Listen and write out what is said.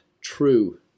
true